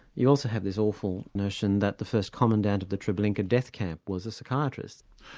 you also have this awful notion that the first commandant of the treblinka death camp was a psychiatrist.